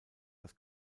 das